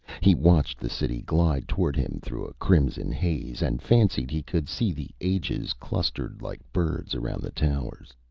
he watched the city glide toward him through a crimson haze, and fancied he could see the ages clustered like birds around the towers.